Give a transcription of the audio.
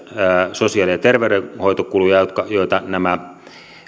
sosiaali ja terveydenhoitokuluja joita nämä